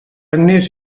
agnés